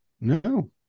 No